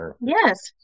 Yes